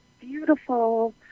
beautiful